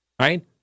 right